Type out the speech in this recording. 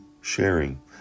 sharing